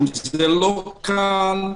זה לא קל,